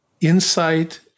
Insight